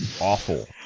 awful